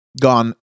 gone